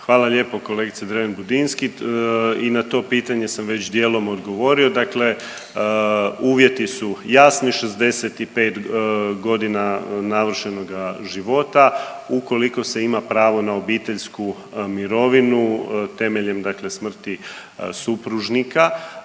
Hvala lijepo kolegice Dreven Budinski. I na to pitanje sam već dijelom odgovorio. Dakle uvjeti su jasni, 65 godina navršenoga života, ukoliko se ima pravo na obiteljsku mirovinu temeljem dakle smrti supružnika,